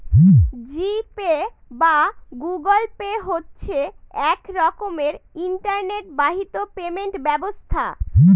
জি Pay বা Google Pay হচ্ছে এক রকমের ইন্টারনেট বাহিত পেমেন্ট ব্যবস্থা